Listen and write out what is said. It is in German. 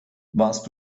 warst